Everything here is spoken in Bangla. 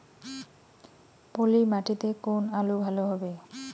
পলি মাটিতে কোন আলু ভালো হবে?